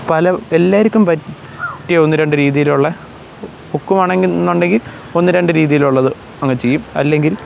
പല എല്ലാവർക്കും പറ്റിയ ഒന്ന് രണ്ട് രീതിയിലുള്ള ഒക്കുവാണെന്നുണ്ടെങ്കിൽ ഒന്ന് രണ്ട് രീതിയിലുള്ളത് അങ്ങ് ചെയ്യും അല്ലെങ്കിൽ